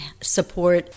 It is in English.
support